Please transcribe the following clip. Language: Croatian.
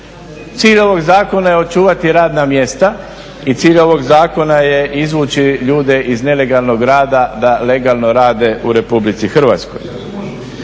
Cilj ovog zakona je očuvati radna mjesta i cilj ovog zakona je izvući ljude iz nelegalnog rada da legalno rade u RH.